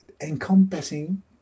encompassing